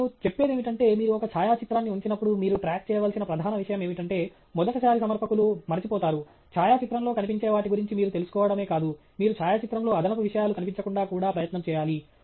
నేను చెప్పేదేమిటంటే మీరు ఒక ఛాయాచిత్రాన్ని ఉంచినప్పుడు మీరు ట్రాక్ చేయవలసిన ప్రధాన విషయం ఏమిటంటే మొదటిసారి సమర్పకులు మరచిపోతారు ఛాయాచిత్రంలో కనిపించే వాటి గురించి మీరు తెలుసుకోవడమే కాదు మీరు ఛాయాచిత్రంలో అదనపు విషయాలు కనిపించకుండా కూడా ప్రయత్నం చేయాలి